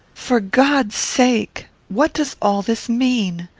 for god's sake what does all this mean?